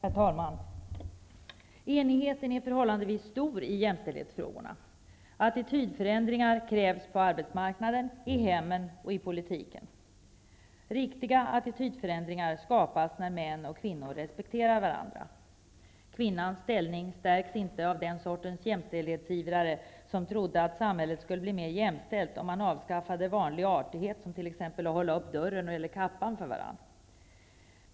Herr talman! Enigheten är förhållandevis stor i jämställdhetsfrågorna. Attitydsförändringar krävs på arbetsmarknaden, i hemmen och i politiken. Riktiga attitydförändringar skapas när män och kvinnor respekterar varandra. Kvinnans ställning stärks inte av den sorts jämställdhetsivrare som trodde att samhället skulle bli mer jämställt om man avskaffade vanlig artighet, som att hålla upp dörren eller hålla upp kappan för varandra.